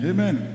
Amen